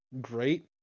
great